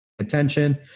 attention